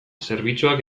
zerbitzuak